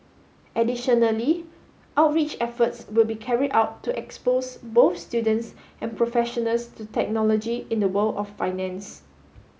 additionally outreach efforts will be carried out to expose both students and professionals to technology in the world of finance